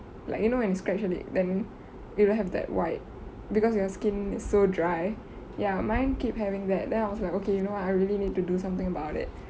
like you know when you scratch on it then it will have that white because your skin is so dry ya mine keep having that then I was like okay you know I really need to do something about it